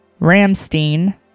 Ramstein